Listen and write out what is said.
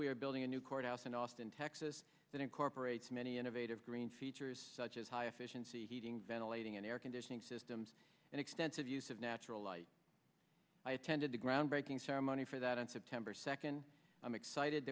we are building a new courthouse in austin texas that incorporates many innovative green features such as high efficiency heating ventilating air conditioning systems and extensive use of natural light i attended the groundbreaking ceremony for that on september second i'm excited